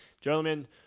Gentlemen